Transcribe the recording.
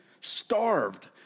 Starved